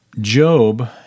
Job